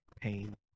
pain